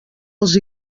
els